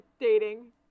dating